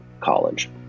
college